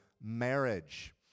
marriage